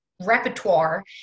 repertoire